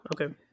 Okay